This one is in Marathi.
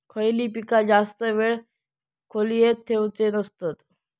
खयली पीका जास्त वेळ खोल्येत ठेवूचे नसतत?